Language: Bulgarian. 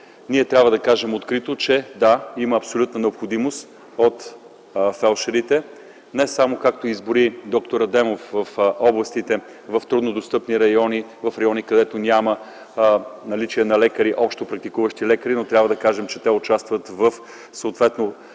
Ние трябва да кажем открито: да, има абсолютна необходимост от фелдшерите, не само както изброи д-р Адемов – в областите с трудно достъпни райони; в райони, където няма наличие на общопрактикуващи лекари, но трябва да кажем, че те участват съответно